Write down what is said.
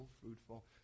fruitful